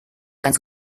ganz